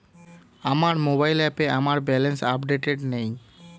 আমার মোবাইল অ্যাপে আমার ব্যালেন্স আপডেটেড নেই